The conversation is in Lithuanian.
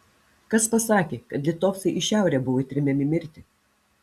kas pasakė kad litovcai į šiaurę buvo tremiami mirti